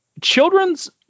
children's